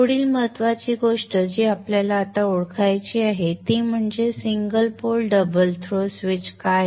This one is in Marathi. पुढील महत्त्वाची गोष्ट जी आपल्याला आता ओळखायची आहे ती म्हणजे हा single pole double throw switch काय आहे